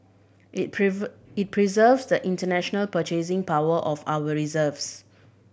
it it preserves the international purchasing power of our reserves